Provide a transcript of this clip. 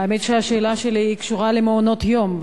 האמת שהשאלה שלי קשורה למעונות-יום,